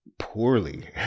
Poorly